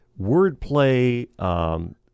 wordplay